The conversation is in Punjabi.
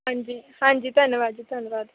ਹਾਂਜੀ ਹਾਂਜੀ ਧੰਨਵਾਦ ਜੀ ਧੰਨਵਾਦ